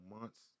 months